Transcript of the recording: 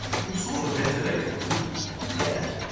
you saw the ventilator, too? yes,